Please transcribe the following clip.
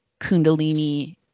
kundalini